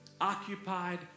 occupied